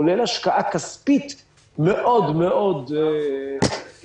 כולל השקעה כספית מאוד מאוד כבדה.